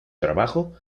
trabajo